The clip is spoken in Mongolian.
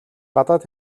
гадаад